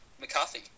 McCarthy